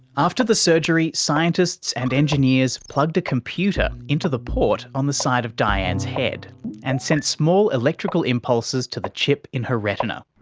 after the surgery, scientists and engineers plugged a computer into the port on the side of dianne's head and sent small electrical impulses to the chip in her retina.